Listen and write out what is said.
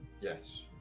yes